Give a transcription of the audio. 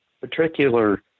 particular